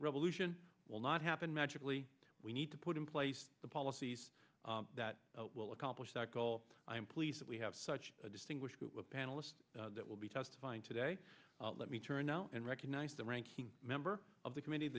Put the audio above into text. revolution will not happen magically we need to put in place the policies that will accomplish that goal i am pleased that we have such a distinguished panelists that will be testifying today let me turn and recognize the ranking member of the committe